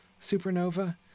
supernova